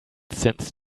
since